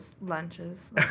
lunches